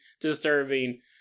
disturbing